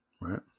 right